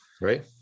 right